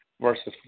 Versus